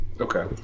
Okay